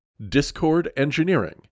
discordengineering